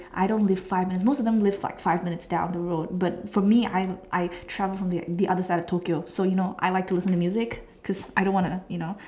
I don't live five minutes most of them live like five minutes down the road but for me I I travel from the the other side of Tokyo so you know I like to listen to music because I didn't want to like you know